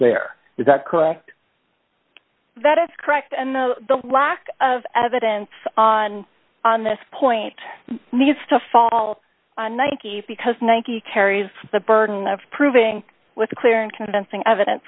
there is that correct that is correct and the lack of evidence on on this point needs to fall on nike because nike carries the burden of proving with a clear and convincing evidence